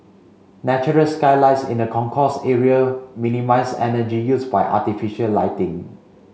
natural skylights in the concourse area minimise energy use by artificial lighting